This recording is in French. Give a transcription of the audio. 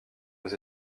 aux